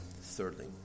thirdly